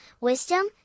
wisdom